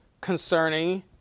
concerning